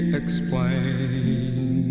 explain